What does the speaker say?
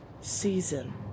season